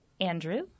Andrew